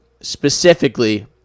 specifically